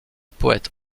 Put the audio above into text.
poète